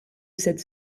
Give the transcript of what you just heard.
cette